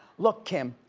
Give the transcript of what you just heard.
look, kim,